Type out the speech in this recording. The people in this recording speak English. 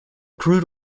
crude